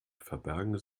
verbergen